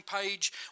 page